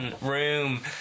room